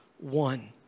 one